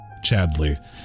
Chadley